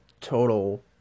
total